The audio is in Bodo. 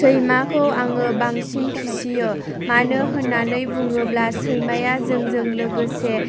सैमाखौ आङो बांसिन फिसियो मानो होननानै बुङोब्ला सैमाया जोंजों लोगोसे